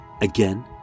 again